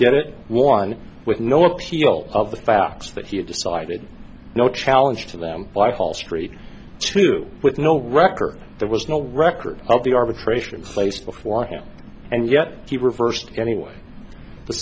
did it one with no appeal of the facts that he had decided no challenge to them by hall street to with no record there was no record of the arbitration placed before him and yet he reversed it anyway the